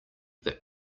that